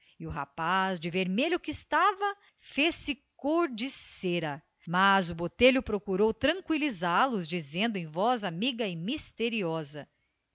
o rapaz de vermelho que estava fez-se cor de cera mas o botelho procurou tranqüilizá los dizendo em voz amiga e misteriosa